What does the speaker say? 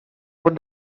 what